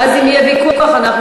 ואז אם יהיה ויכוח אנחנו,